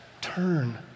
Turn